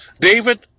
David